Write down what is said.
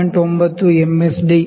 9 M S D 1 V